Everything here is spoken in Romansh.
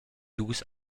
dus